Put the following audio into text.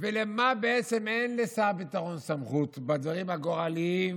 ולמה בעצם אין לשר הביטחון סמכות בדברים הגורליים,